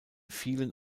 vielen